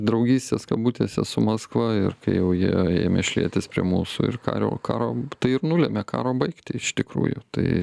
draugystės kabutėse su maskva ir kai jau jie ėmė šlietis prie mūsų ir kario karo tai ir nulėmė karo baigtį iš tikrųjų tai